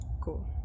Cool